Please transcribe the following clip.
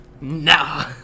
Nah